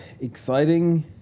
Exciting